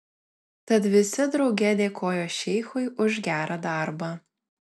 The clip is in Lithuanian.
tad visi drauge dėkojo šeichui už gerą darbą